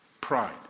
pride